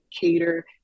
cater